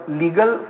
legal